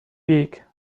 beak